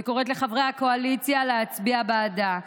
וקוראת לחברי הקואליציה להצביע בעדה.